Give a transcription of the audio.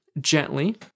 gently